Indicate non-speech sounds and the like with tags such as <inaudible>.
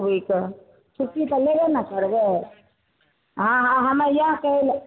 <unintelligible> छुट्टी तऽ लेबै नहि करबै हँ हमे इएह कहै लए